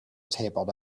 table